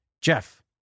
Jeff